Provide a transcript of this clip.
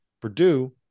Purdue